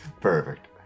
Perfect